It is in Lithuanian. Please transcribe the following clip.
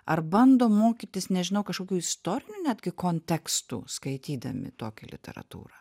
ar bando mokytis nežinau kažkokių istorinių netgi kontekstų skaitydami tokią literatūrą